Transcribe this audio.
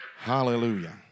Hallelujah